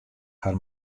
har